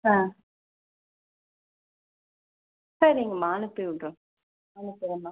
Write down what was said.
ஆ சரிங்கம்மா அனுப்பிவிட்றேன்